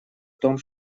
том